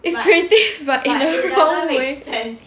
it's creative but in the long way